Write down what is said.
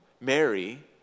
Mary